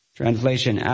translation